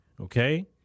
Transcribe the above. Okay